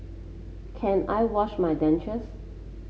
can I wash my dentures